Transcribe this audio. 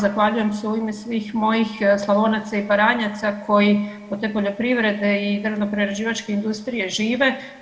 Zahvaljujem se u ime svih mojih Slavonaca i Baranjaca koji od te poljoprivrede i drvnoprerađivačke industrije žive.